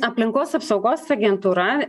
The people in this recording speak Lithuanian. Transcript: aplinkos apsaugos agentūra